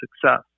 success